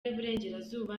y’iburengerazuba